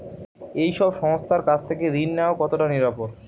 এই সব সংস্থার কাছ থেকে ঋণ নেওয়া কতটা নিরাপদ?